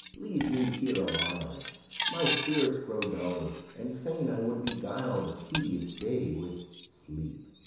leave me here awhile my spirits grow dull, and fain i would beguile the tedious day with sleep.